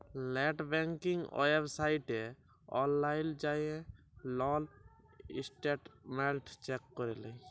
late banking ওয়েবসাইটে অললাইল যাঁয়ে লল ইসট্যাটমেল্ট চ্যাক ক্যরে লেই